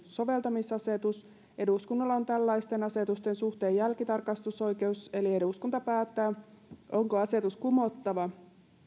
soveltamisasetus eduskunnalla on tällaisten asetusten suhteen jälkitarkastusoikeus eli eduskunta päättää onko asetus kumottava